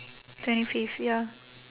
twenty fifth ya